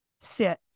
sit